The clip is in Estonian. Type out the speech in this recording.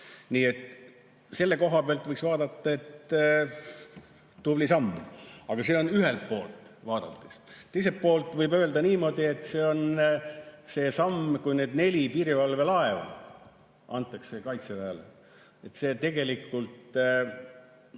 Nii et selle koha pealt võiks vaadata, et tubli samm, aga see on ühelt poolt vaadates. Teiselt poolt võib öelda niimoodi, et see on see samm, kui need neli piirivalvelaeva antakse Kaitseväele. See tegelikult